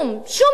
שום מלה.